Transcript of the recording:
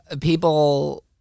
people